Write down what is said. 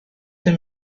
the